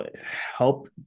help